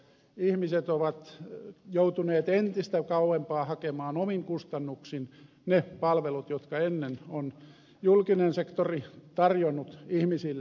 ihmiset ovat joutuneet entistä kauempaa hakemaan omin kustannuksin ne palvelut jotka ennen on julkinen sektori tarjonnut ihmisille